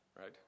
right